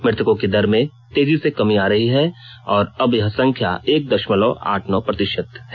मृतकों की दर में तेजी से कमी आ रही है और अब यह संख्यात एक दशमलव आठ नौ प्रतिशत है